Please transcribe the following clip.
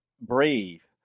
brave